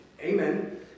Amen